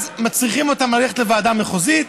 מצריכים אותם ללכת לוועדה מחוזית,